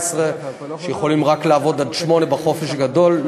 שיכולים לעבוד רק עד 20:00 בחופש הגדול.